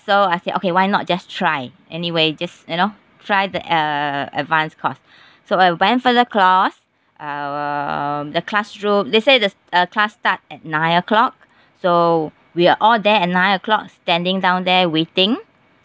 so I said okay why not just try anyway just you know try the uh advanced course so I went for the course um the classroom they say the uh class start at nine O clock so we're all there at nine O clock standing down there waiting